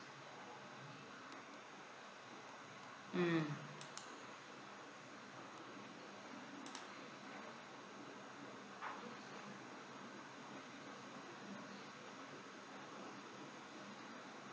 mm